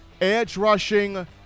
edge-rushing